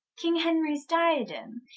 king henries diadem,